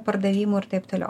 pardavimų ir taip toliau